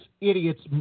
idiot's